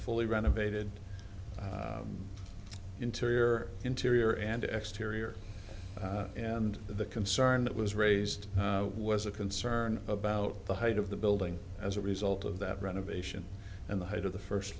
fully renovated interior interior and exterior and the concern that was raised was a concern about the height of the building as a result of that novation and the height of the first